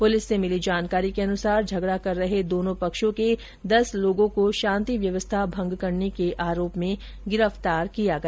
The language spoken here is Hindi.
पुलिस से मिली जानकारी के अनुसार झगड़ा कर रहे दोनों पक्षों के दस व्यक्तियों को शांति व्यवस्था भंग करने के आरोप में गिरफ्तार किया गया